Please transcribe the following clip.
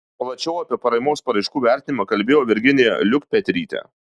plačiau apie paramos paraiškų vertinimą kalbėjo virginija liukpetrytė